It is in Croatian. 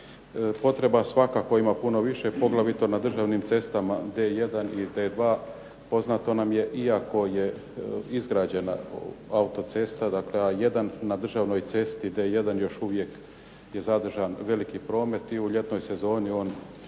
Potreba svakako ima puno više, poglavito na državnim cestama D1 i D2. Poznato nam je iako je izgrađena autocesta, dakle A1 na državnoj cesti D1 još uvijek je zadržan veliki promet i u ljetnoj sezoni on